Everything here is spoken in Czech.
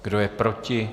Kdo je proti?